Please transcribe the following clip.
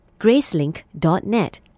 Gracelink.net